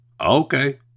okay